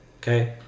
Okay